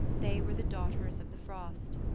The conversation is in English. they were the daughters of the frost,